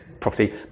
property